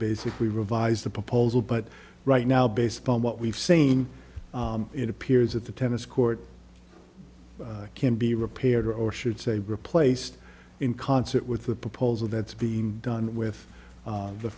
basically revise the proposal but right now based on what we've seen it appears that the tennis court can be repaired or should say replaced in concert with the proposal that's being done with